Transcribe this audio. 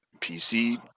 PC